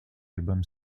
album